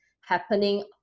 happening